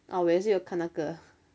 ah 我也是有看那个